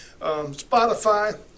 Spotify